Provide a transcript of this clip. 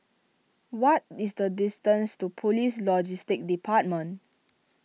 what is the distance to Police Logistics Department